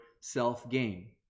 self-gain